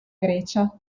grecia